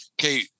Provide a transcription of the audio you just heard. okay